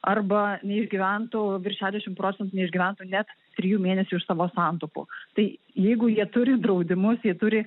arba neišgyventų virš šešiasdešimt procentų neišgyventų net trijų mėnesių iš savo santaupų tai jeigu jie turi draudimus jie turi